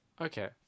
Okay